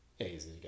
easy